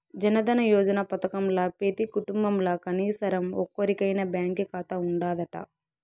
జనదన యోజన పదకంల పెతీ కుటుంబంల కనీసరం ఒక్కోరికైనా బాంకీ కాతా ఉండాదట